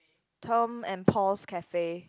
Tom and Paul's Cafe